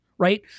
Right